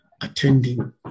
attending